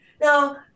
Now